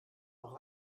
auch